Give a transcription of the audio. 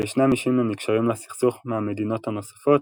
וישנם אישים הנקשרים לסכסוך מהמדינות הנוספות,